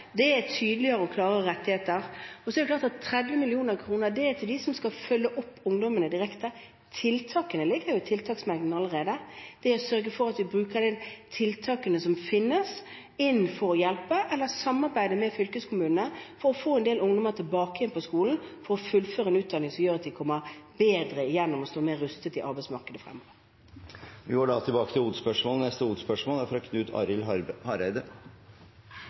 er tydeligere og klare rettigheter. Så er det klart at 30 mill. kr er til dem som skal følge opp ungdommene direkte – tiltakene ligger jo i tiltaksmeldingen allerede – og sørge for at vi bruker de tiltakene som finnes, for å hjelpe eller samarbeide med fylkeskommunene for å få en del ungdommer tilbake igjen på skolen for å fullføre en utdanning som gjør at de kommer bedre igjennom og står mer rustet i arbeidsmarkedet fremover. Vi går videre til neste hovedspørsmål. Eg har registrert at statsministeren og regjeringa den siste tida har